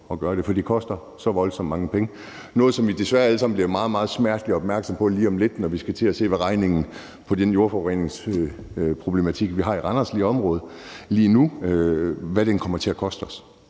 at gøre det? For det koster så voldsomt mange penge. Det er noget, som vi desværre alle sammen bliver meget, meget smerteligt opmærksomme på lige om lidt, når vi skal til at se, hvad regningen bliver på den jordforureningsproblematik, vi har i Randersområdet lige nu – hvad den kommer til at koste os.